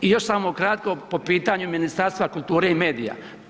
I još samo kratko, po pitanju Ministarstva kulture i medija.